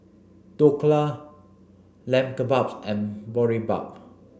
Dhokla Lamb Kebabs and Boribap